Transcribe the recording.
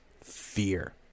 fear